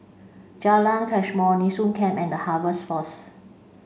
Jalan Mashhor Nee Soon Camp and The Harvest Force